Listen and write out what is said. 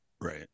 right